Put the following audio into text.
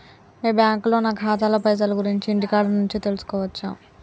మీ బ్యాంకులో నా ఖాతాల పైసల గురించి ఇంటికాడ నుంచే తెలుసుకోవచ్చా?